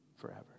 forever